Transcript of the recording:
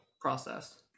process